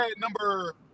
number